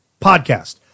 Podcast